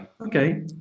Okay